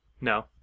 No